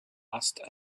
asked